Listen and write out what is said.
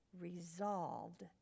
resolved